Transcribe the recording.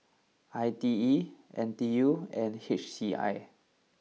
I T E N T U and H C I